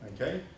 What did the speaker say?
okay